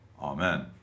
Amen